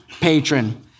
patron